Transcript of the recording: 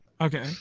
Okay